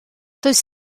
does